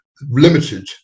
limited